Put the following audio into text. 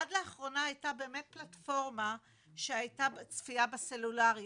עד לאחרונה הייתה באמת פלטפורמה שהייתה צפייה בסלולרי,